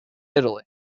italy